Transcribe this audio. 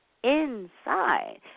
inside